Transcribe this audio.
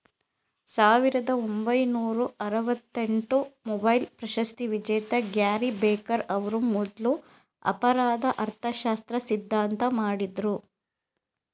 ಸಾವಿರದ ಒಂಬೈನೂರ ಆರವತ್ತಎಂಟು ಮೊಬೈಲ್ ಪ್ರಶಸ್ತಿವಿಜೇತ ಗ್ಯಾರಿ ಬೆಕರ್ ಅವ್ರು ಮೊದ್ಲು ಅಪರಾಧ ಅರ್ಥಶಾಸ್ತ್ರ ಸಿದ್ಧಾಂತ ಮಾಡಿದ್ರು